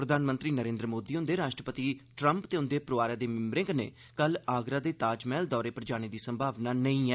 प्रधानमंत्री नरेन्द्र मोदी हुन्दे राष्ट्रपति ट्रम्प ते उन्दे परोआरै दे मिम्बरें कन्नै कल आगरा दे ताजमहल दौरे पर जाने दी संभावना नेंई ऐ